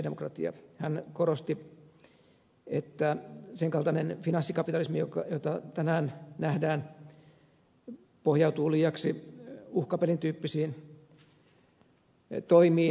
hän korosti että sen kaltainen finanssikapitalismi jota tänään nähdään pohjautuu liiaksi uhkapelin tyyppisiin toimiin lainarahalla